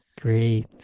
great